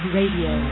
Radio